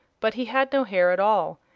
but he had no hair at all,